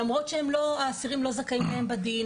למרות שהאסירים לא זכאים להם בדין,